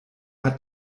hat